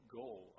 goal